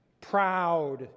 Proud